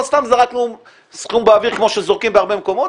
לא סתם זרקנו סכום באוויר כמו שזורקים בהרבה מקומות.